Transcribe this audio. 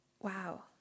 wow